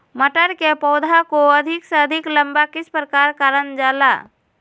मटर के पौधा को अधिक से अधिक लंबा किस प्रकार कारण जाला?